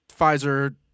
Pfizer